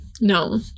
No